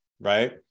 right